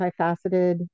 multifaceted